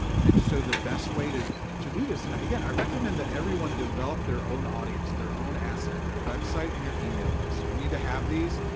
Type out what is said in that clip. and so the best way to to do this, and again, i recommend that everyone develop their own audience, their own asset, your website and your email list. you need to have these,